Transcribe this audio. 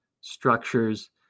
structures